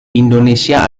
indonesia